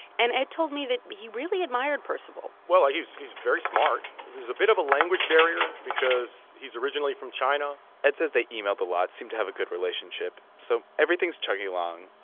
and ed told me that he really admired percival well, he was very smart. there was a bit of a language barrier because he's originally from china ed says they emailed a lot seemed to have a good relationship. so everything's chugging along,